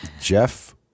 jeff